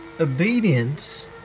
obedience